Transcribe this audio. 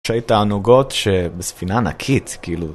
שיט תענוגות שבספינה ענקית כאילו.